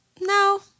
No